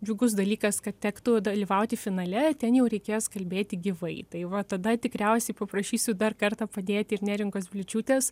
džiugus dalykas kad tektų dalyvauti finale ten jau reikės kalbėti gyvai tai va tada tikriausiai paprašysiu dar kartą padėti ir neringos bliūčiūtės